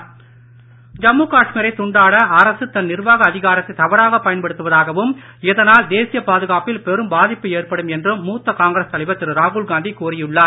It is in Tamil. ராகுல் காந்தி ஜம்மு காஷ்மீரை துண்டாட அரசு தன் நிர்வாக அதிகாரத்தை தவறாகப் பயன்படுத்துவதாகவும் இதனால் தேசிய பாதுகாப்பில் பெரும் பாதிப்பு ஏற்படும் என்றும் மூத்த காங்கிரஸ் தலைவர் திரு ராகுல் காந்தி கூறியுள்ளார்